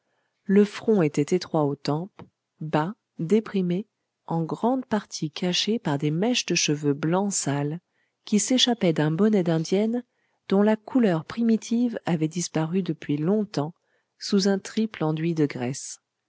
le front était étroit aux tempes bas déprimé en grande partie caché par des mèches de cheveux blanc sale qui s'échappaient d'un bonnet d'indienne dont la couleur primitive avait disparu depuis longtemps sous un triple enduit de graisse